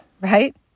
right